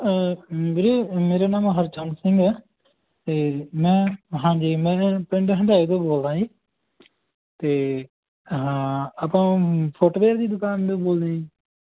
ਵੀਰੇ ਮੇਰਾ ਨਾਮ ਹਰਚੰਦ ਸਿੰਘ ਹੈ ਅਤੇ ਮੈਂ ਹਾਂਜੀ ਮੇਰੇ ਪਿੰਡ ਹੰਡਾਏ ਤੋਂ ਬੋਲਦਾ ਜੀ ਅਤੇ ਹਾਂ ਆਪਾਂ ਫੁੱਟਵੇਅਰ ਦੀ ਦੁਕਾਨ ਤੋਂ ਬੋਲਦੇ ਹਾਂ ਜੀ